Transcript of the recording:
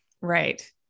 Right